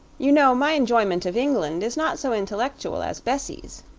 you know my enjoyment of england is not so intellectual as bessie's,